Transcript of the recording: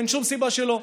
אין שום סיבה שלא,